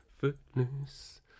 Footloose